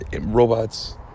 robots